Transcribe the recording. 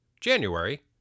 January